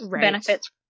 benefits